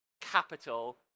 capital